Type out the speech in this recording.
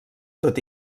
tot